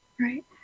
Right